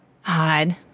Hide